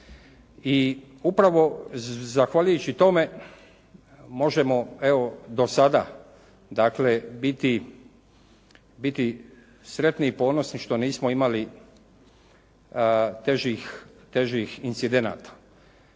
i upravo zahvaljujući tome možemo evo do sada, dakle biti sretni i ponosni što nismo imali težih incidenata.